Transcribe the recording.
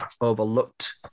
overlooked